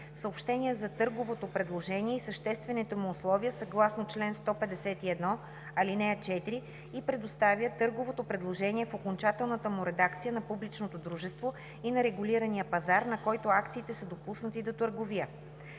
съобщение за търговото предложение и съществените му условия съгласно чл. 151, ал. 4 и предоставя търговото предложение в окончателната му редакция на публичното дружество и на регулирания пазар, на който акциите са допуснати до търговия.”;